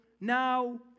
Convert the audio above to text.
now